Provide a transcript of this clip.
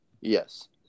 Yes